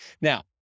Now